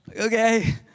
Okay